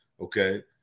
okay